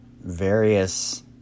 various